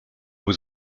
was